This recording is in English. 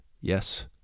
yes